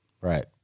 Right